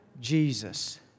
Jesus